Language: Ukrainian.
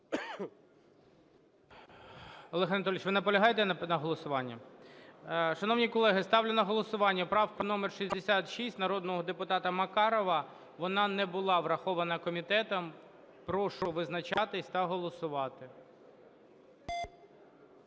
Олег Анатолійович, ви наполягаєте на голосуванні? Шановні колеги, ставлю на голосування правку номер 66 народного депутата Макарова. Вона не була врахована комітетом. Прошу визначатись та голосувати.